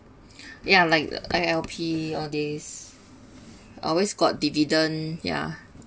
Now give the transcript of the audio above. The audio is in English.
ya like L_L_P all this always got dividend yeah